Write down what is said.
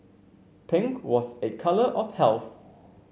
pink was a colour of health